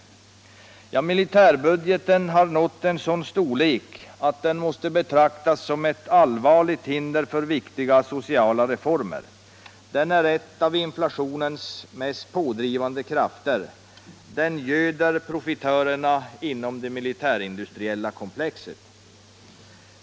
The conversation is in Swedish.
Militärbudgeten har nått en sådan storlek att den måste betraktas som ett allvarligt hinder för viktiga sociala reformer. Den är en av inflationens mest pådrivande krafter. Den göder profitörerna inom det militärindustriella komplexet.